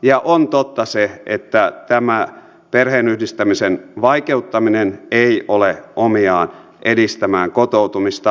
ja on totta se että tämä perheenyhdistämisen vaikeuttaminen ei ole omiaan edistämään kotoutumista